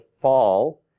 fall